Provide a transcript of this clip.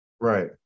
Right